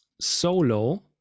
solo